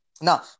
Now